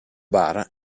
bar